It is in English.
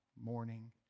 morning